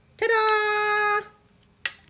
Ta-da